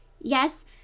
Yes